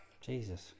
Jesus